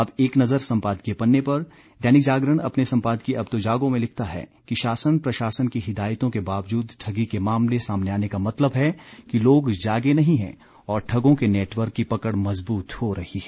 अब एक नजर संपादकीय पन्ने पर दैनिक जागरण अपने संपादकीय अब तो जागो में लिखता है कि शासन प्रशासन की हिदायतों के बावजूद ठगी के मामले सामने आने का मतलब है कि लोग जागे नहीं हैं और ठगों के नेटवर्क की पकड़ मजबूत हो रही है